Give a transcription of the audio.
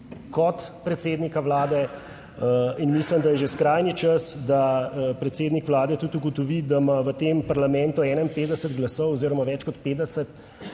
kot predsednika Vlade. Mislim, da je že skrajni čas, da predsednik Vlade tudi ugotovi, da ima v tem parlamentu 51 glasov oziroma več kot 50,